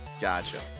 gotcha